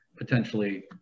potentially